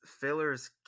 fillers